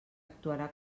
actuarà